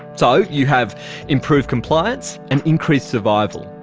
so you have improved compliance and increased survival.